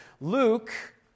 Luke